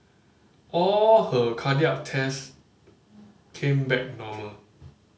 all her cardiac test came back normal